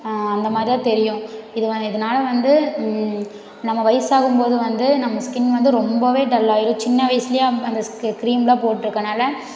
அந்த மாதிரி தான் தெரியும் இது வ இதனால வந்து நம்ம வயசாகும் போது வந்து நம்ம ஸ்கின் வந்து ரொம்பவே டல் ஆயிரும் சின்ன வயசுலயே அந்த ஸ்கி கிரீம் எல்லாம் போட்டுருக்கனால